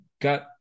got